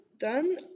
done